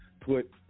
put